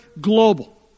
Global